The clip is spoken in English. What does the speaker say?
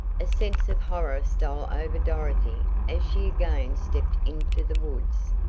a sense of horror stole over dorothy as she again stepped into the woods,